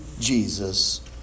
Jesus